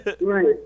Right